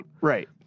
Right